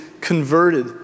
converted